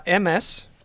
MS